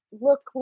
look